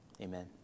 amen